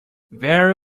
very